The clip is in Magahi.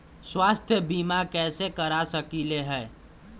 स्वाथ्य बीमा कैसे करा सकीले है?